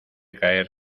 caer